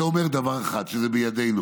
זה אומר דבר אחד, שזה בידינו.